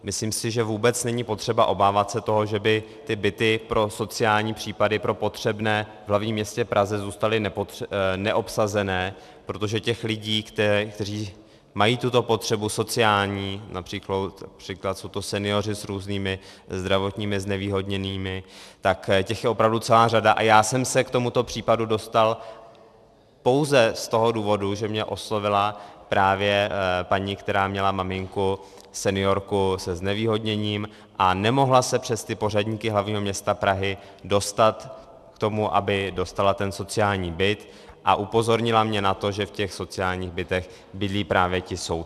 Myslím si, že vůbec není potřeba se obávat toho, že by byty pro sociální případy pro potřebné v hlavním městě Praze zůstaly neobsazené, protože těch lidí, kteří mají tuto potřebu sociální, například jsou to senioři s různými zdravotními znevýhodněními, tak těch je opravdu celá řada, a já jsem se k tomuto případu dostal pouze z toho důvodu, že mě oslovila právě paní, která měla maminku seniorku se znevýhodněním a nemohla se přes ty pořadníky hlavního města Prahy dostat k tomu, aby dostala ten sociální byt, a upozornila mě na to, že v sociálních bytech bydlí právě ti soudci.